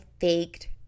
faked